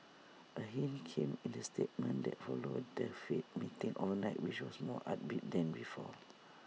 A hint came in the statement that followed the fed meeting overnight which was more upbeat than before